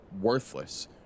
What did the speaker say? worthless